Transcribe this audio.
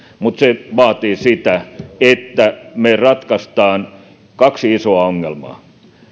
mutta se vaatii sitä että me ratkaisemme kaksi isoa ongelmaa